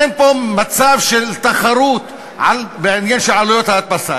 אין פה מצב של תחרות בעניין של עלויות ההדפסה.